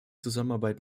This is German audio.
zusammenarbeit